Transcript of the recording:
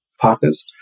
partners